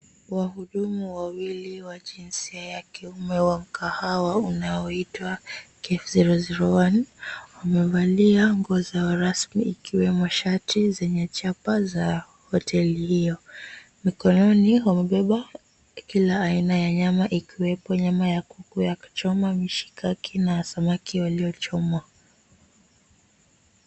Wahudumu wawili wa jinsia ya kiume wa mkahawa unaoitwa Cafe 001 wamevalia nguo zao rasmi ikiwemo shati zenye chapa za hoteli hiyo mikononi wamebeba kila aina ya nyama ikiwemo nyama ya kuku ya kuchoma, mishikaki na samaki waliochomwa.